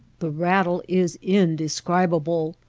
the rattle is indescribable,